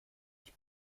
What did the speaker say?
sich